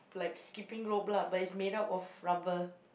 like skipping rope lah but it's made up of rubber